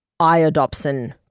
iodopsin